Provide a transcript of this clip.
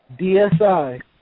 DSI